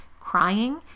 Crying